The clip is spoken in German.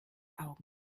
augen